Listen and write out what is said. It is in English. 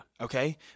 Okay